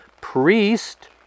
priest